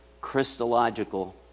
Christological